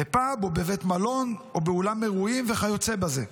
בפאב או בבית מלון או באולם אירועים וכיוצא בזה.